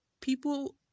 People